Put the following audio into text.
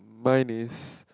mine is